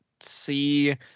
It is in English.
see